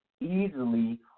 easily